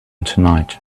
tonight